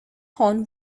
horn